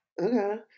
Okay